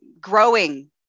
growing